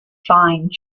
fine